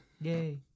yay